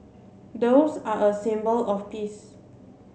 doves are a symbol of peace